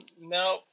No